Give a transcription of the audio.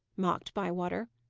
mocked bywater.